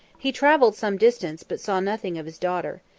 he travelled some distance, but saw nothing of his daughter.